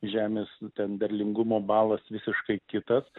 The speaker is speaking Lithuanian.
žemės ten derlingumo balas visiškai kitas